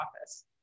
office